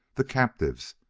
the captives.